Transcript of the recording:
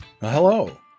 hello